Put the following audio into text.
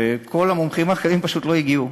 וכל המומחים האחרים פשוט לא הגיעו.